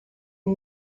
and